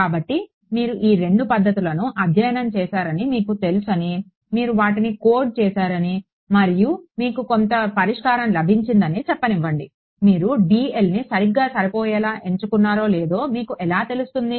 కాబట్టి మీరు ఈ రెండు పద్ధతులను అధ్యయనం చేశారని మీకు తెలుసని మీరు వాటిని కోడ్ చేసారని మరియు మీకు కొంత పరిష్కారం లభించిందని చెప్పనివ్వండి మీరు dlని సరిగ్గా సరిపోయేలా ఎంచుకున్నారో లేదో మీకు ఎలా తెలుస్తుంది